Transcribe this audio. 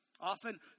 Often